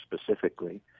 specifically